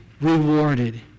rewarded